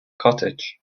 cottage